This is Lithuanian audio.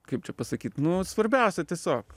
kaip čia pasakyt nu svarbiausia tiesiog